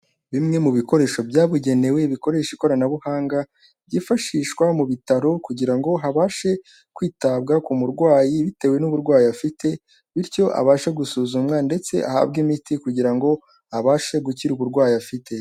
Bimwe mu bikoresho byabugenewe bikoresha ikoranabuhanga, byifashishwa mu bitaro kugira ngo habashe kwitabwa ku murwayi bitewe n'uburwayi afite, bityo abashe gusuzumwa ndetse ahabwe imiti kugira ngo abashe gukira uburwayi afite.